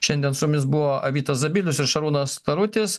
šiandien su mis buvo vytas zabilius ir šarūnas tarutis